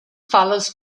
follows